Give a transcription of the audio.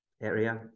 area